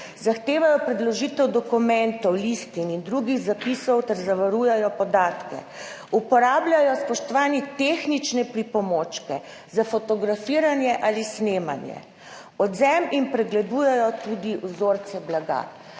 zahtevajo predložitev dokumentov, listin in drugih zapisov terzavarujejo podatke, uporabljajo, spoštovani, tehnične pripomočke za fotografiranje ali snemanje, odvzem in pregledujejo tudi vzorce blaga.